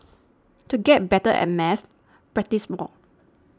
to get better at maths practise more